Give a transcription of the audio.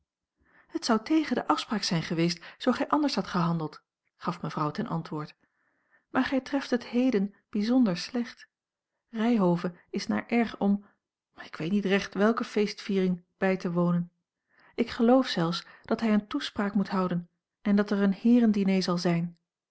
het zou tegen de afspraak zijn geweest zoo gij anders hadt gehandeld gaf mevrouw ten antwoord maar gij treft het heden bijzonder slecht ryhove is naar r om ik weet niet recht welke feestviering bij te wonen ik geloof zelfs dat hij eene toespraak moet houden en dat er een heerendiner zal zijn